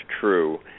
true